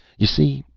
you see,